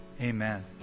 Amen